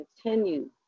Continue